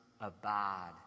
abide